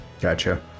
Gotcha